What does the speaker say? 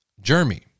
Jeremy